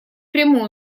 прямую